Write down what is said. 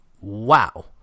Wow